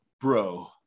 Bro